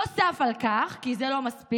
נוסף על כך, כי זה לא מספיק,